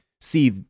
see